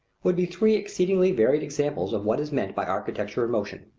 would be three exceedingly varied examples of what is meant by architecture-in-motion.